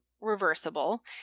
reversible